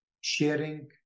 sharing